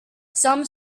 some